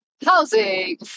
housing